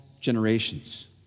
generations